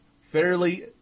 Fairly